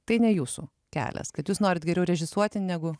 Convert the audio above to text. tai ne jūsų kelias kad jūs norit geriau režisuoti negu